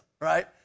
right